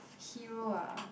hero ah